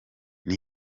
com